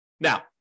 Now